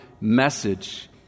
message